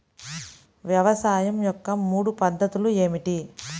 వ్యవసాయం యొక్క మూడు పద్ధతులు ఏమిటి?